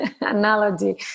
analogy